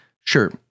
sure